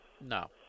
No